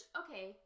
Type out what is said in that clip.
okay